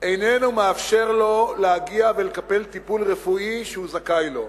איננו מאפשר לו להגיע ולקבל טיפול רפואי שהוא זכאי לו.